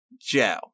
Joe